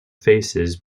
faces